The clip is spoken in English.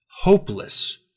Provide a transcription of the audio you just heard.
hopeless